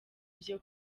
byo